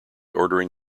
ordering